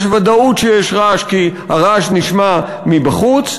יש ודאות שיש רעש כי הרעש נשמע מבחוץ,